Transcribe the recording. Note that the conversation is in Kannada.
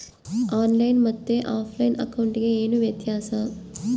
ಆನ್ ಲೈನ್ ಮತ್ತೆ ಆಫ್ಲೈನ್ ಅಕೌಂಟಿಗೆ ಏನು ವ್ಯತ್ಯಾಸ?